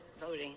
voting